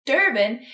Durban